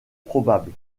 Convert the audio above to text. probable